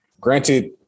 Granted